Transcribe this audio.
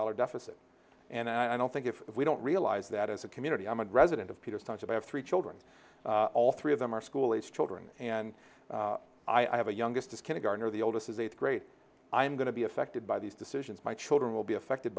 dollars deficit and i don't think if we don't realize that as a community i'm a resident of peter's township i have three children all three of them are school age children and i have a youngest is kindergartner the oldest is eighth grade i'm going to be affected by these decisions my children will be affected